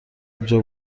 اینجا